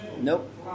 Nope